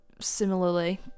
similarly